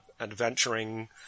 adventuring